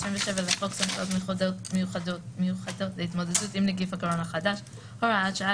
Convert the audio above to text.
"תקנות סמכויות מיוחדות להתמודדות עם נגיף הקורונה החדש (הוראת שעה)